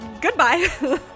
Goodbye